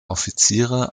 offiziere